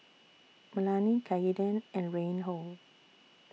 Melany Kaeden and Reinhold